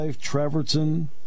Treverton